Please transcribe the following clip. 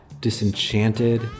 disenchanted